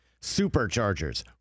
Superchargers